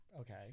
Okay